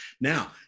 Now